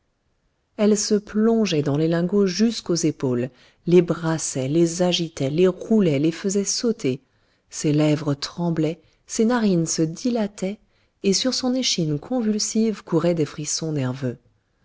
elle se plongeait dans les lingots jusqu'aux épaules les brassait les agitait les roulait les faisait sauter ses lèvres tremblaient ses narines se dilataient et sur son échine convulsive couraient des frissons nerveux